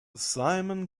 simon